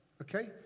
Okay